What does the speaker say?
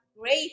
great